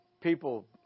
People